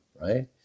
right